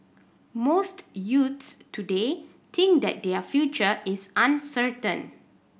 most youths today think that their future is uncertain